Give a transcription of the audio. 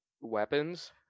weapons